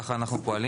כך אנחנו פועלים,